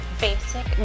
basic